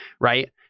right